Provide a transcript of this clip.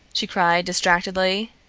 she cried distractedly.